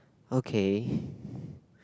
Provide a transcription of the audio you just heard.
okay